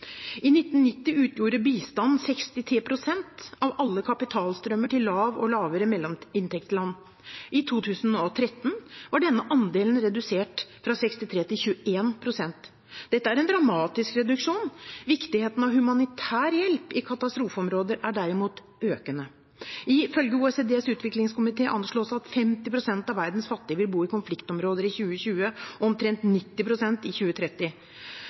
I 1990 utgjorde bistand 63 pst. av alle kapitalstrømmer til lavinntektsland og lavere mellominntektsland. I 2013 var denne andelen redusert fra 63 pst. til 21 pst. Dette er en dramatisk reduksjon. Viktigheten av humanitær hjelp i katastrofeområder er derimot økende. I følge OECDs utviklingskomité anslås det at 50 pst. av verdens fattige vil bo i konfliktområder i 2020 og omtrent 90 pst. i 2030.